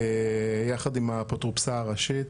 אנחנו יחד עם האפוטרופסה הראשית,